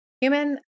human